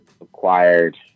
acquired